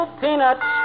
peanuts